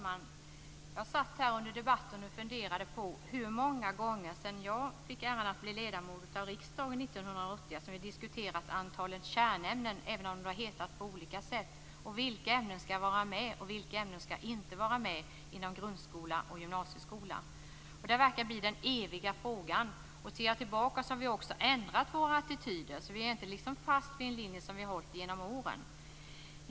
Herr talman! Jag satt under debatten och funderade på hur många gånger sedan jag fick äran att bli ledamot av riksdagen 1988 som vi har diskuterat antalet kärnämnen, även om det har hetat på olika sätt, vilka ämnen som skall vara med och vilka ämnen som inte skall vara med inom grundskola och gymnasieskola. Det verkar bli den eviga frågan. Ser jag tillbaka kan jag också notera att vi har ändrat våra attityder. Vi är inte fast vid en linje som vi har hållit genom åren.